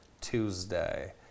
Tuesday